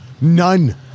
None